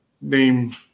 name